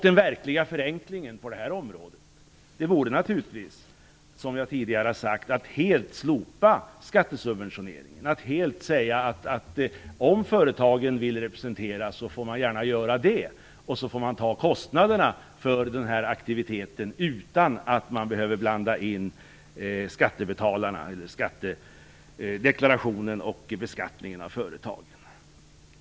Den verkliga förenklingen på det här området vore naturligtvis, som jag tidigre sagt, att helt slopa skattesubventioneringen, att säga att om företagen vill representera får man gärna göra det, men man får ta kostnaderna för den aktiviteten utan att man behöver blanda in deklarationen och beskattningen av företagen.